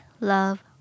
love